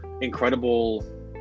incredible